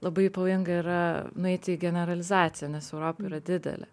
labai pavojinga yra nueiti į generalizaciją nes europa yra didelė